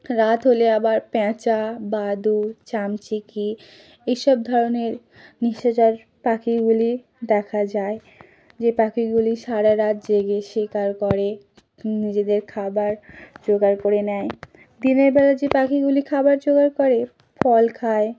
রাত হলে আবার প্যাঁচা বাদুড় চামচিকে এইসব ধরনের নিশাচর পাখিগুলি দেখা যায় যে পাখিগুলি সারা রাত জেগে শিকার করে নিজেদের খাবার জোগাড় করে নেয় দিনের বেলা যে পাখিগুলি খাবার জোগাড় করে ফল খায়